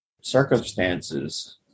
circumstances